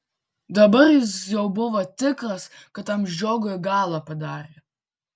dabar jis jau buvo tikras kad tam žiogui galą padarė